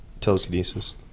telekinesis